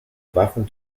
waffen